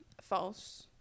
False